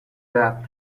edad